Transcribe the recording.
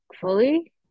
fully